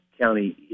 county